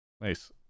Nice